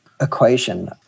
equation